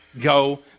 go